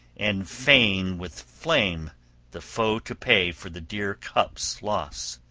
and fain with flame the foe to pay for the dear cup's loss.